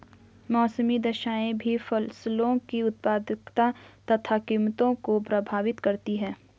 मौसमी दशाएं भी फसलों की उत्पादकता तथा कीमतों को प्रभावित करती है